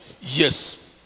Yes